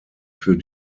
für